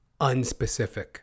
unspecific